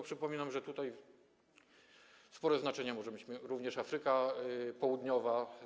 Przypominam tylko, że tutaj spore znaczenia może mieć również Afryka Południowa.